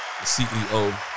CEO